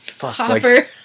Hopper